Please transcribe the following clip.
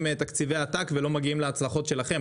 תקציבי עתק ולא מגיעים להצלחות שלכם,